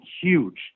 huge